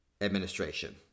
administration